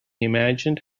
imagined